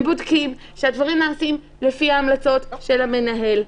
הם בודקים שהדברים נעשים לפי ההמלצות של המנהל,